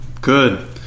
Good